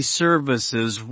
services